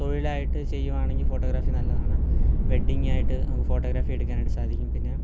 തൊഴിലായിട്ട് ചെയ്യുവാണെങ്കിൽ ഫോട്ടോഗ്രാഫി നല്ലതാണ് വെഡ്ഡിങ്ങായിട്ട് നമുക്ക് ഫോട്ടോഗ്രാഫി എടുക്കാനായിട്ട് സാധിക്കും പിന്നെ